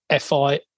FI